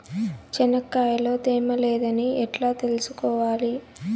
చెనక్కాయ లో తేమ లేదని ఎట్లా తెలుసుకోవాలి?